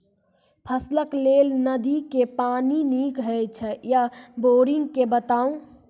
फसलक लेल नदी के पानि नीक हे छै या बोरिंग के बताऊ?